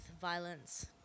violence